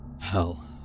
Hell